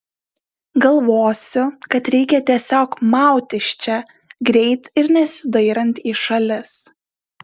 galvosiu kad reikia tiesiog maut iš čia greit ir nesidairant į šalis